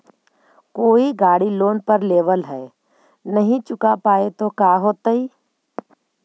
कोई गाड़ी लोन पर लेबल है नही चुका पाए तो का होतई?